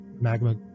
magma